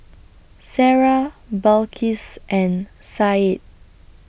Sarah Balqis and Said